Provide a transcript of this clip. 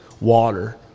water